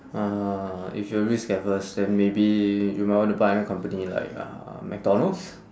uh if you risk adverse then maybe you might want to buy a company like uh mcdonald's